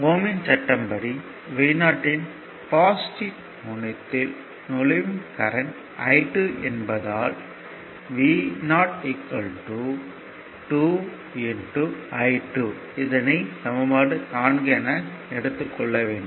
ஓம் யின் சட்டம் ohm's law படி Vo இன் பாசிட்டிவ் முனையத்தில் நுழையும் கரண்ட் I2 என்பதால் Vo 2 I2 என கிடைக்கும்